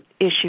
issue